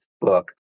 book